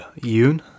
Yoon